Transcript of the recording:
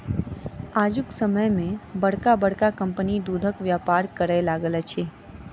आजुक समय मे बड़का बड़का कम्पनी दूधक व्यापार करय लागल अछि